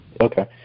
Okay